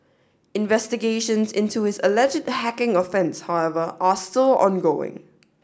investigations into his alleged hacking offence however are still ongoing